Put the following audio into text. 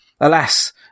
alas